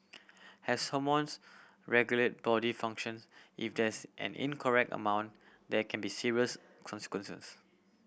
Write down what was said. has someone's regulate body functions if there's an incorrect amount there can be serious consequences